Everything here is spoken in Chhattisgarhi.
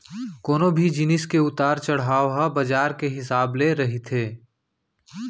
कोनो भी जिनिस के उतार चड़हाव ह बजार के हिसाब ले रहिथे